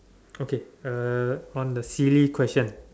okay uh on the silly question